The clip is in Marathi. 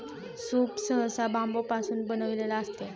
सूप सहसा बांबूपासून बनविलेले असते